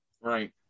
Right